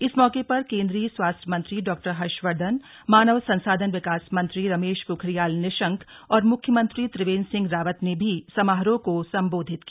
इस मौके पर केंद्रीय स्वास्थ्य मंत्री डॉ हर्षवर्धन मानव संसाधन विकास मंत्री रमेश पोखरियाल निशंक और मुख्यमंत्री त्रिवेन्द्र सिंह रावत ने भी समारोह को संबोधित किया